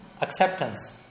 acceptance